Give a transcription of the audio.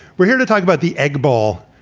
we're here to talk about the egg bowl.